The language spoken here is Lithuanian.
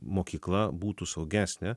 mokykla būtų saugesnė